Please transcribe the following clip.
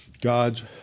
God's